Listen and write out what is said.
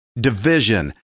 division